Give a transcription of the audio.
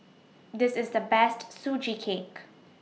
This IS The Best Sugee Cake